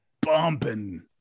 bumping